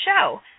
show